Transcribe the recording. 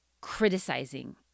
criticizing